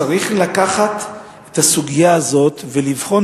שצריך לקחת את הסוגיה הזאת ולבחון,